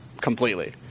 completely